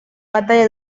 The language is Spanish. batalla